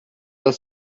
das